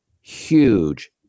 Huge